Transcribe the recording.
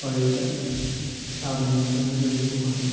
খরের চাল তাপ নিয়ন্ত্রক হিসোবে খুব ভালো